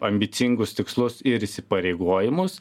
ambicingus tikslus ir įsipareigojimus